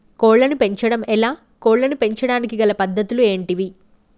కోళ్లను పెంచడం ఎలా, కోళ్లను పెంచడానికి గల పద్ధతులు ఏంటివి?